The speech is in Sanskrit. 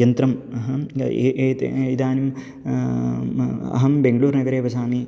यन्त्रम् अहं एतेन इदानीं अहं बेङ्गळूर् नगरे वसामि